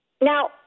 Now